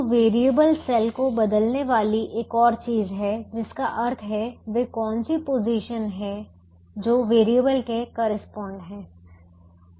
अब variable cell को बदलने वाली एक और चीज़ है जिसका अर्थ है वे कौन सी पोजीशन है जो वेरिएबल के करेस्पॉन्ड हैं